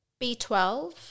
B12